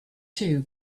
two